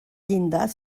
llindar